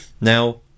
Now